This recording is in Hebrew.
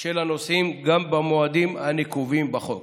של הנוסעים גם במועדים הנקובים בחוק.